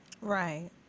right